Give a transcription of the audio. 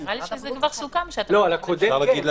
נראה לי שזה כבר סוכם --- לא, על הקודם כן.